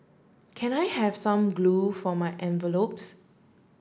can I have some glue for my envelopes